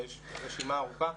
ויש רשימה ארוכה,